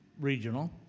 regional